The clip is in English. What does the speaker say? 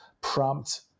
prompt